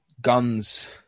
guns